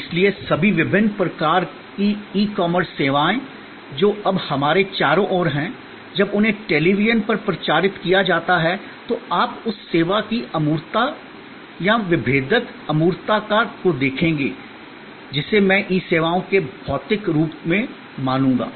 इसलिए सभी विभिन्न प्रकार की ई कॉमर्स सेवाएं जो अब हमारे चारों ओर हैं जब उन्हें टेलीविजन पर प्रचारित किया जाता है तो आप उस सेवा की अमूर्तता या विभेदक अमूर्तता को देखेंगे जिसे मैं ई सेवाओं के भौतिक रूप में मानूंगा